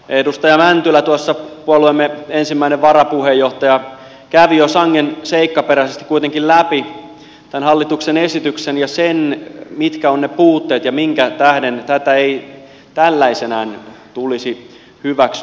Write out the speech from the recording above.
edustaja mäntylä tuossa puolueemme ensimmäinen varapuheenjohtaja kävi jo sangen seikkaperäisesti kuitenkin läpi tämän hallituksen esityksen ja sen mitkä ovat ne puutteet ja minkä tähden tätä ei tällaisenaan tulisi hyväksyä